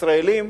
ישראלים,